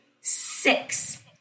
Six